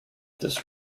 this